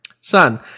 Son